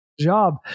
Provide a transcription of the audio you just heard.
Job